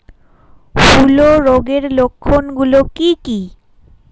হূলো রোগের লক্ষণ গুলো কি কি?